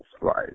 Right